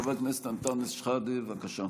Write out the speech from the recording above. חבר הכנסת אנטאנס שחאדה, בבקשה.